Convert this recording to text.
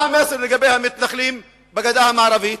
מה המסר לגבי המתנחלים בגדה המערבית?